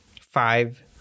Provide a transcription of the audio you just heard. Five